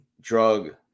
drug